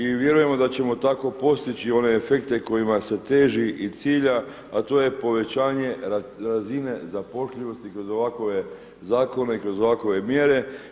I vjerujemo da ćemo tako postići one efekte kojima se teži i cilja a to je povećanje razine zapošljivosti kroz ovakve zakone, kroz ovakve mjere.